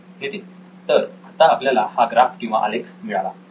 नितीन तर आत्ता आपल्याला हा ग्राफ किंवा आलेख मिळाला